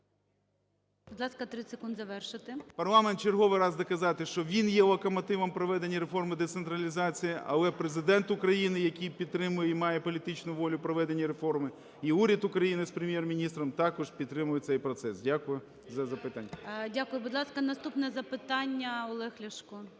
…парламент в черговий раз доказати, що він є локомотивом проведення реформи децентралізації, але Президент України, який підтримує і має політичну волю проведення реформи, і уряд України з Прем'єр-міністром також підтримають цей процес. Дякую за запитання. ГОЛОВУЮЧИЙ. Дякую. Будь ласка, наступне запитання - Олег Ляшко.